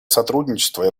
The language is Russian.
сотрудничество